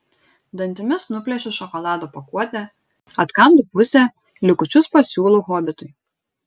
dantimis nuplėšiu šokolado pakuotę atkandu pusę likučius pasiūlau hobitui